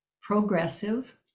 progressive